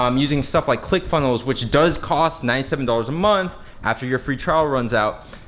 um using stuff like clickfunnels, which does cost ninety seven dollars a month after your free trial runs out.